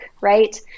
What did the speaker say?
right